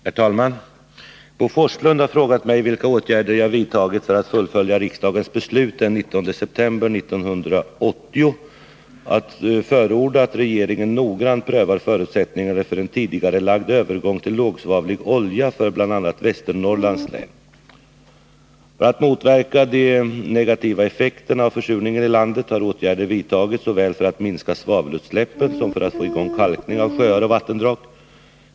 Herr talman! Bo Forslund har frågat mig vilka åtgärder jag vidtagit för att fullfölja riksdagens beslut den 19 december 1980 att förorda att regeringen noggrant prövar förutsättningarna för en tidigarelagd övergång till lågsvavlig olja för bl.a. Västernorrlands län. För att motverka de negativa effekterna av försurningen i landet har åtgärder vidtagits såväl för att minska svavelutsläppen som för att få i gång kalkning av sjöar och vattendrag.